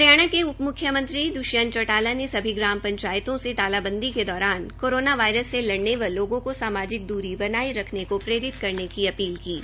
हरियाणा के उपम्रख्यमंत्री श्री द्वष्यंत चौटाला ने सभी ग्राम पंचायतों से तालाबंदी के दौरान कोरोना वायरस से लडऩे व लोगों को सामाजिक दूरी बनाए रखने को प्रेरित करने की अपील की है